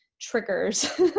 triggers